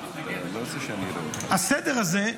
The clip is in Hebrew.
הסדר הזה,